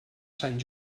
sant